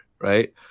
Right